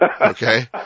Okay